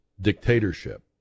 dictatorship